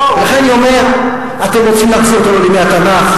לכן אני אומר, אתם רוצים להחזיר אותנו לימי התנ"ך?